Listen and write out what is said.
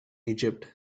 egypt